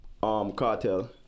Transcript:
Cartel